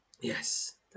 Yes